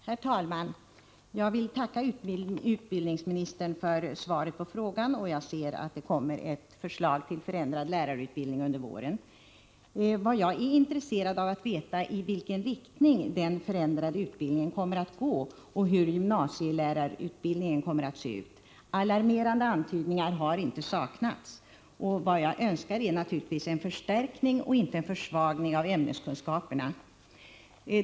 Herr talman! Jag vill tacka utbildningsministern för svaret på frågan, och jag ser att det kommer ett förslag till förändrad lärarutbildning under våren. Vad jag är intresserad av att veta är i vilken riktning den förändrade utbildningen kommer att gå och hur gymnasielärarutbildningen kommer att se ut. Alarmerande antydningar har inte saknats. Vad jag önskar är naturligtvis en förstärkning och inte en försvagning av ämneskunskaperna.